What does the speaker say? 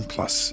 Plus